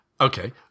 Okay